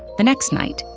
the next night,